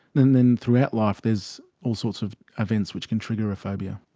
then then throughout life there's all sorts of events which can trigger a phobia.